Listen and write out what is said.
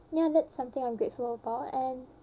ya that's something I'm grateful about and